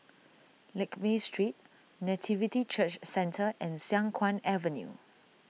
Lakme Street Nativity Church Centre and Siang Kuang Avenue